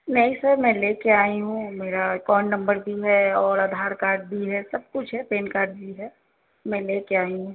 نہیں سر میں لے کے آئی ہوں میرا اکاؤنٹ نمبر بھی ہے اور آدھار کارڈ بھی ہے سب کچھ ہے پین کارڈ بھی ہے میں لے کے آئی ہوں